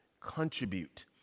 contribute